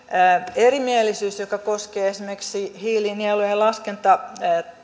erimielisyys joka koskee esimerkiksi hiilinielujen laskentatapaa